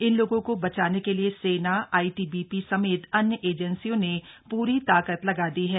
इन लोगों को बचाने के लिए सेना आईटीबीपी समेत अन्य एजेंसियों ने पूरी ताकत लगा दी है